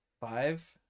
five